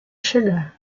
chegar